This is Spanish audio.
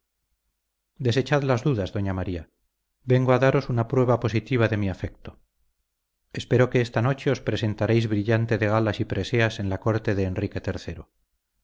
desechad las dudas doña maría vengo a datos una prueba positiva de mi afecto espero que esta noche os presentaréis brillante de galas y preseas en la corte de enrique